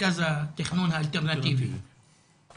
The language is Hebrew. --- מרכז התכנון האלטרנטיבי,